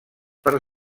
per